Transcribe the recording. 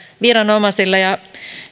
viranomaisille ja